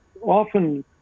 often